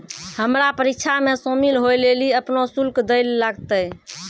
हमरा परीक्षा मे शामिल होय लेली अपनो शुल्क दैल लागतै